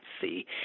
see